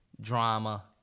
drama